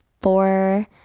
four